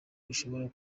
ushobora